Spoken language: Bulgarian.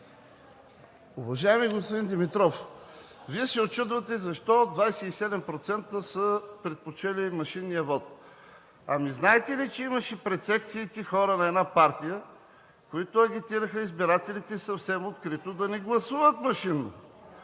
Уважаеми господин Димитров, Вие се учудвате защо 27% са предпочели машинния вот? Ами знаете ли, че имаше пред секциите хора на една партия, които агитираха избирателите съвсем открито да не гласуват машинно